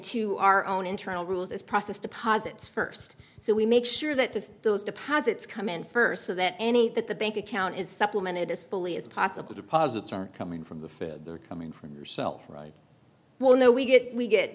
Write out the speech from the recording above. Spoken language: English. to our own internal rules is process deposits first so we make sure that those deposits come in first so that any that the bank account is supplement it as fully as possible deposits are coming from the fed they're coming from yourself right well no we get we get